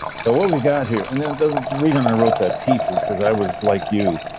so what we've got here and then the reason i wrote that piece is because i was like you,